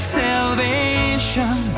salvation